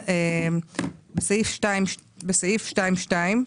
בסעיף 2(2)